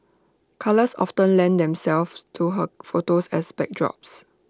colours often lend themselves to her photos as backdrops